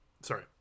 sorry